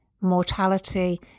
mortality